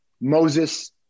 Moses